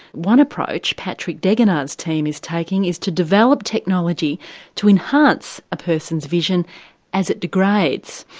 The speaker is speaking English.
one approach patrick deganaar's team is taking is to develop technology to enhance a person's vision as it degrades.